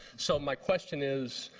so my question is